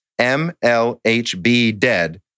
mlhbdead